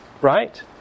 Right